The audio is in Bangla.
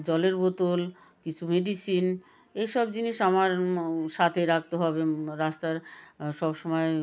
জলের বোতল কিছু মেডিসিন এসব জিনিস আমার সাথে রাখতে হবে রাস্তায় সব সময়